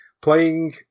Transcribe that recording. playing